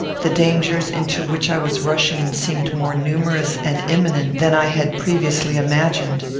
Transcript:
the dangers into which i was rushing seemed more numerous and imminent than i had previously imagined.